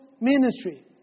ministry